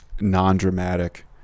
non-dramatic